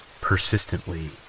persistently